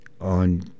on